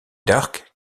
dark